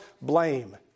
blame